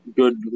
good